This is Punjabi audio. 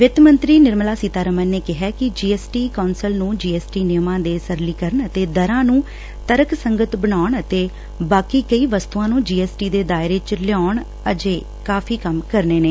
ਵਿੱਤ ਮੰਤਰੀ ਨਿਰਮਲਾ ਸੀਤਾ ਰਮਨ ਨੇ ਕਿਹੈ ਕਿ ਜੀ ਐਸ ਟੀ ਕੌਂਸਲ ਨੂੰ ਜੀ ਐਸ ਟੀ ਨਿਯਮਾਂ ਦੇ ਸਰਲੀਕਰਣ ਅਤੇ ਦਰਾਂ ਨੂੰ ਤਰਕ ਸੰਗਤ ਬਨਾਉਣ ਅਤੇ ਬਾਕੀ ਕਈ ਵਸਤੁਆਂ ਨੂੰ ਜੀ ਐਸ ਟੀ ਦੇ ਦਾਇਰੇ ਚ ਲਿਆਉਣ ਲਈ ਅਜੇ ਕਾਫੀ ਕੰਮ ਕਰਨੇ ਨੇ